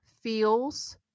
feels